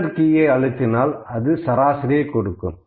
enter கீயை அழுத்தினால் அது சராசரியை கொடுக்கும்